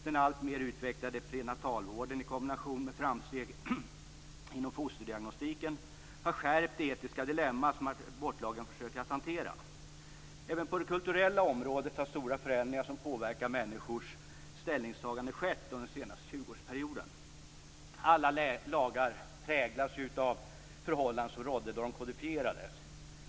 Den alltmer utvecklade prenatalvården i kombination med framsteg inom fosterdiagnostiken har skärpt det etiska dilemmat som abortlagen försöker hantera. Även på det kulturella området har stora förändringar som påverkar människors ställningstaganden skett under den senaste tjugoårsperioden. Alla lagar präglas ju av de förhållanden som rådde då de kodifierades.